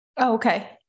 okay